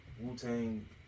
Wu-Tang